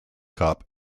cup